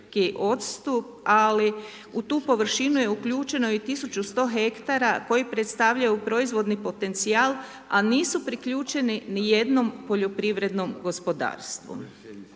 ali u tu površinu je uključeno i 1100 hektara koji predstavljaju proizvodni potencijal, a nisu priključeni nijednom poljoprivrednom gospodarstvu.